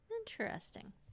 Interesting